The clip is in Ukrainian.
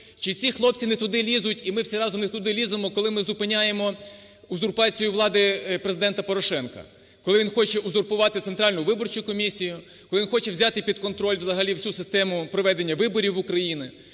Чи ці хлопці не туди лізуть і ми всі разом не туди ліземо, коли ми зупиняємо узурпацію влади Президента Порошенка, коли він хоче узурпувати Центральну виборчу комісію, коли він хоче взяти під контроль взагалі всю систему проведення виборів в Україні,